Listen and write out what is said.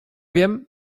wiem